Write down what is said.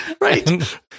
Right